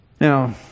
Now